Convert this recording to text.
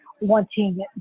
wanting